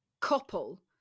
couple